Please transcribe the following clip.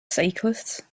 cyclists